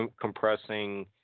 compressing